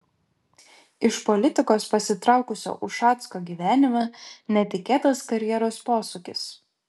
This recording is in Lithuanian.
iš politikos pasitraukusio ušacko gyvenime netikėtas karjeros posūkis